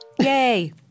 Yay